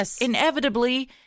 inevitably